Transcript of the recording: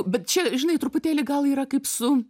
bet čia žinai truputėlį gal yra kaip su